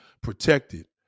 protected